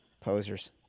posers